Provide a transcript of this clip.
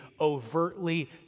overtly